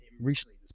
recently